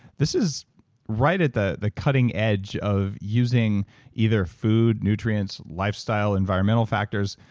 this is right at the the cutting edge of using either food, nutrients, lifestyle, environmental factors,